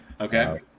Okay